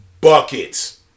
Buckets